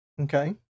Okay